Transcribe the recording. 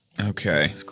Okay